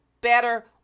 better